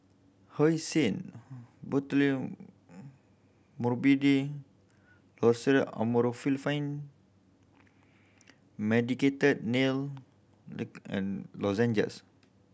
Hyoscine Loceryl Amorolfine Medicated Nail and Lozenges